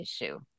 issue